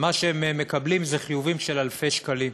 מה שהם מקבלים זה חיובים של אלפי שקלים.